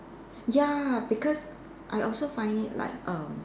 ya because I also find it like erm